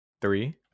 Three